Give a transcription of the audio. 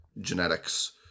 genetics